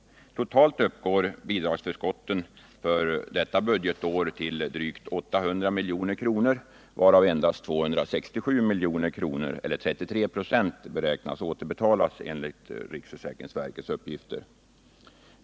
Totalt uppgår bidragsförskotten för detta budgetår till 809 milj.kr., varav endast 267 miljoner eller 33 96 beräknas återbetalas, enligt riksförsäkringsverkets uppgifter.